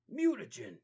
Mutagen